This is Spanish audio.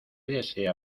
desea